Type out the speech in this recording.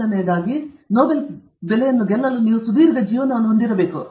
ಮೊದಲನೆಯದು ನೊಬೆಲ್ ಬೆಲೆಯನ್ನು ಗೆಲ್ಲಲು ನೀವು ಸುದೀರ್ಘ ಜೀವನವನ್ನು ಹೊಂದಿರಬೇಕು